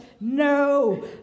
no